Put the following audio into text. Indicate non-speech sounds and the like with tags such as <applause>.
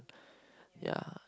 <breath> ya